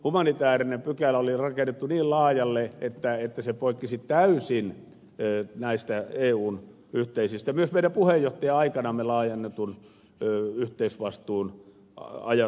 humanitaarinen pykälä oli rakennettu niin laajalle että se poikkesi täysin näistä eun yhteisistä myös meidän puheenjohtaja aikanamme laajennetun yhteisvastuun ajatuksista